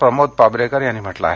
प्रमोद पाबरेकर यांनी म्हटलं आहे